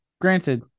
Granted